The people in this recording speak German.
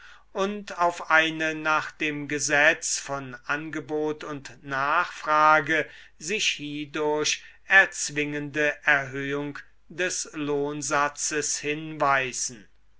und auf eine nach dem gesetz von angebot und nachfrage sich hiedurch erzwingende erhöhung des lohnsatzes hinweisen